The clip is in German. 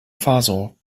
faso